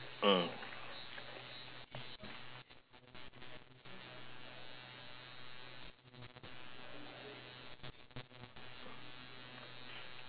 mm